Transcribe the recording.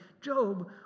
Job